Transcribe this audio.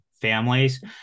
families